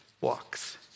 walks